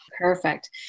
Perfect